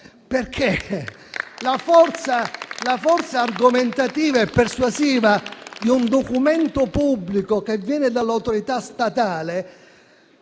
La forza argomentativa e persuasiva di un documento pubblico che viene dall'autorità statale